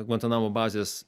gvantanamo bazės